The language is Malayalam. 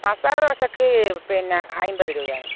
മസാല ദോശയ്ക്ക് പിന്നെ അമ്പത് രൂപയാണ്